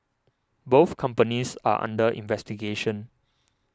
both companies are under investigation